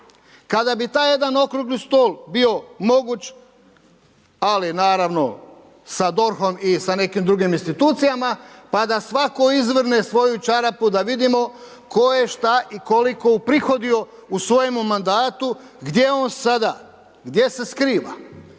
Kada bi taj jedan okrugli stol bio moguć, ali naravno sa DORH-om i sa drugim institucijama, pa da svako izvrne svoju čarapu da vidimo tko je šta i koliko uprihodio u svojemu mandatu, gdje je on sada, gdje se skriva?